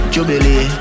Jubilee